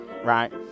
right